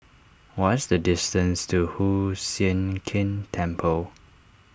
what's the distance to Hoon Sian Keng Temple